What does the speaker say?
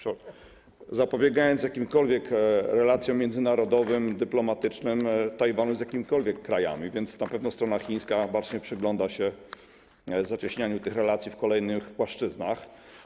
zapobiegając jakimkolwiek relacjom międzynarodowym, dyplomatycznym Tajwanu z jakimikolwiek krajami, więc na pewno strona chińska bacznie przygląda się zacieśnianiu tych relacji na kolejnych płaszczyznach.